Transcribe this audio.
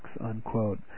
unquote